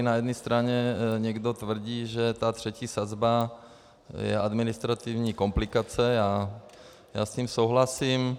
Na jedné straně někdo tvrdí, že ta třetí sazba je administrativní komplikace, já s tím souhlasím.